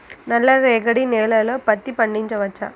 నల్ల రేగడి నేలలో పత్తి పండించవచ్చా?